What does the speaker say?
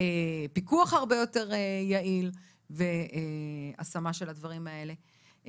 פיקוח הרבה יותר יעיל והשמה של הדברים האלה.